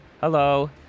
Hello